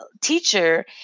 teacher